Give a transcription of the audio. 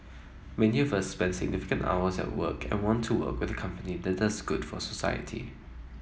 many of us spend significant hours at work and want to work with a company that does good for society